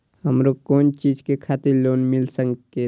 हमरो कोन चीज के खातिर लोन मिल संकेत?